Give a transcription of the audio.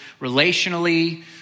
relationally